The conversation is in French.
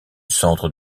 centre